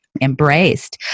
embraced